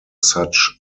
such